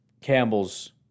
Campbell's